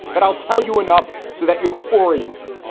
but i'll tell you enough so that you're oriented.